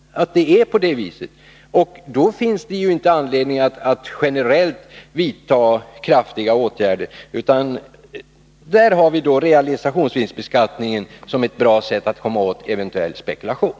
Då finns det inte anledning att generellt vidta kraftfulla åtgärder; realisationsvinstbeskattningen är ett bra sätt att komma åt eventuell spekulation.